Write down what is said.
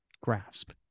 grasp